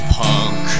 punk